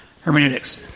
Hermeneutics